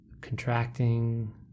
contracting